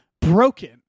broken